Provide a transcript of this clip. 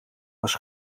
was